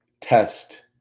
test